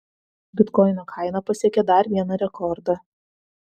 bitkoino kaina pasiekė dar vieną rekordą